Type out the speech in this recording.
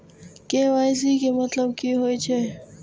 KYC के मतलब कि होई छै?